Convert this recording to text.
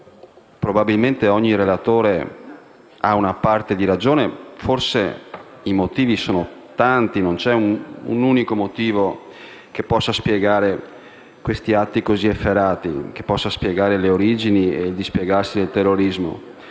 probabilmente ogni relatore ha una parte di ragione, perché forse i motivi sono tanti e non c'è un unico motivo che possa spiegare questi atti così efferati, che possa spiegare le origini e il dispiegarsi del terrorismo.